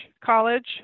college